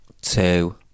two